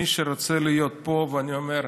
מי שרוצה להיות פה, ואני אומר: